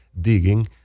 digging